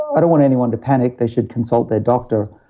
i don't want anyone to panic, they should consult their doctor.